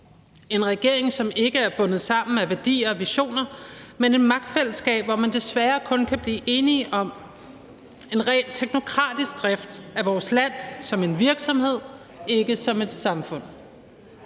en regering, som ikke er bundet sammen af værdier og visioner, men er et magtfællesskab, hvor man desværre kun kan blive enige om en rent teknokratisk drift af vores land som en virksomhed, ikke som et samfund.